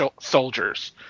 soldiers